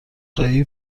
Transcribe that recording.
خواهی